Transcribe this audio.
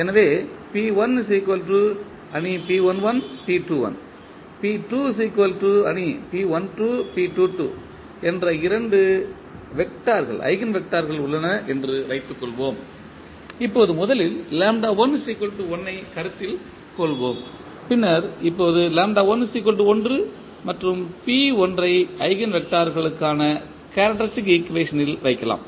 எனவே என்ற இரண்டு ஈஜென்வெக்டர்கள் உள்ளன என்று வைத்துக் கொள்வோம் இப்போது முதலில் ஐ கருத்தில் கொள்வோம் பின்னர் இப்போது ஐ ஈஜென்வெக்டர்களுக்கான கேரக்டரிஸ்டிக் ஈக்குவேஷன் ல் வைக்கலாம்